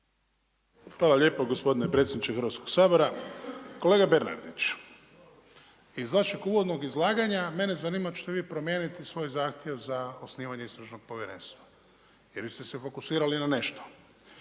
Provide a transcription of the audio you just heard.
Hvala lijepo gospodine predsjedniče Hrvatskog sabora. Kolega Bernardić, iz vašeg uvodnog izlaganja mene zanima hoćete li vi promijeniti svoj zahtjev za osnivanje istražnog povjerenstva, jer vi ste fokusirali na nešto.